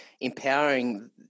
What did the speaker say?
empowering